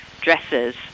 dresses